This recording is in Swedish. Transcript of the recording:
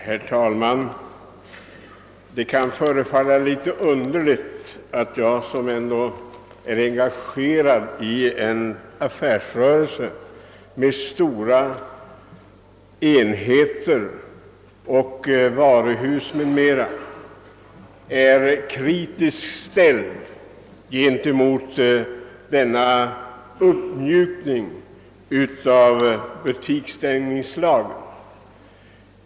Herr talman! Det kan förefalla litet underligt att jag som är engagerad i en affärsrörelse med stora enheter — bl.a. varuhus — är kritiskt inställd till en uppmjukning av butikstängningslagen.